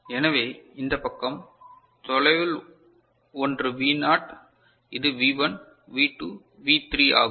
எனவே இந்த பக்கம் தொலைவில் ஒன்று V நாட் இது V1 V2 V3 ஆகும்